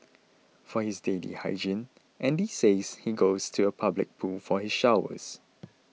for his daily hygiene Andy says he goes to a public pool for his showers